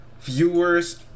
viewers